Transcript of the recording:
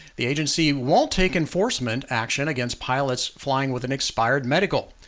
the agency won't take enforcement action against pilots flying with an expired medical.